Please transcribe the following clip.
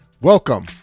Welcome